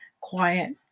quiet